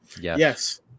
yes